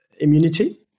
immunity